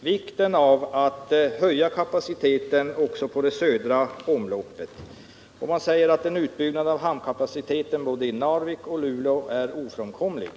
vikten av att höja kapaciteten också på det södra omloppet. De sade att en utbyggnad av hamnkapaciteten i både Narvik och Luleå är ofrånkomlig.